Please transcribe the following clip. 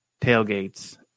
tailgates